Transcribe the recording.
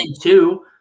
two